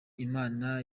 imana